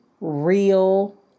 real